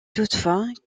toutefois